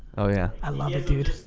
oh, yeah. i love it, dude.